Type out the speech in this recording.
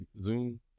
zoom